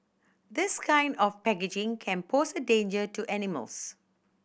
this kind of packaging can pose a danger to animals